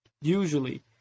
usually